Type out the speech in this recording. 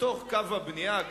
בתוך קו הבנייה,